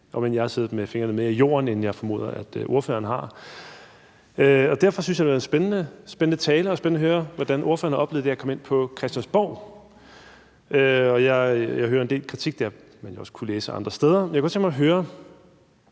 end jeg har siddet med fingrene mere i jorden, end jeg formoder at ordføreren har. Derfor synes jeg, at det var en spændende tale, og at det var spændende at høre, hvordan ordføreren har oplevet det at komme ind på Christiansborg. Jeg hører en del kritik, og det har man også kunnet læse andre steder. Men jeg kunne godt tænke mig at høre,